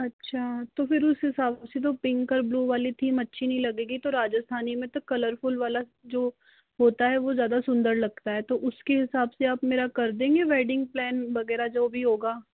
अच्छा तो फिर उस हिसाब से तो पिंक और ब्लू वाली थीम अच्छी नहीं लगेगी तो राजस्थानी में तो कलरफूल वाला जो होता है वो ज़्यादा सुंदर लगता है तो उसके हिसाब से आप मेरा कर देंगे वैडिंग प्लान वगैरह जो भी होगा